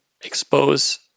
expose